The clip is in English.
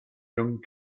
young